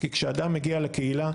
כי כשאדם מגיע לקהילה,